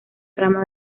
rama